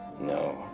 No